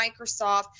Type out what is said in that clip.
Microsoft